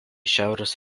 šiaurės